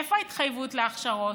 איפה ההתחייבות להכשרות?